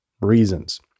reasons